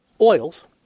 oils